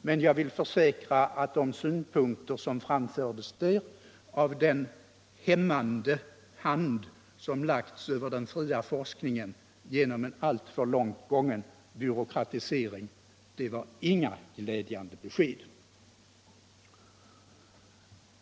men jag vill försäkra att de synpunkter som där framfördes på den ”hämmande hand” som lagts över den fria forskningen genom en alltför långt gången byråkratisering inte var några glädjande besked.